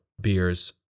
beers